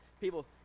people